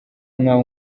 nk’aho